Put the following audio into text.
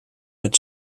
met